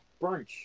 brunch